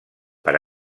per